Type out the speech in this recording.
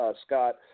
Scott